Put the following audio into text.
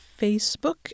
Facebook